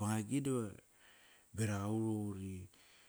bangagi da berak aut.